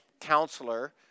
counselor